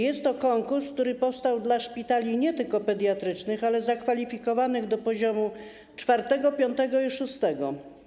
Jest to konkurs, który powstał dla szpitali nie tylko pediatrycznych, ale także zakwalifikowanych do poziomu czwartego, piątego i szóstego.